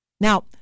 Now